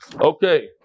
Okay